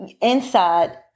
inside